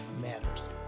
matters